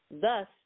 Thus